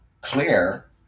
clear